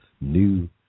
new